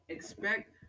Expect